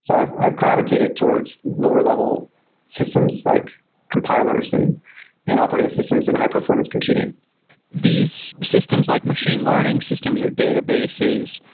so i've gravitated towards lower level systems, like compilers and and operating systems and high-performance computing these systems like machine learning systems, or databases,